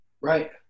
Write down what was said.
Right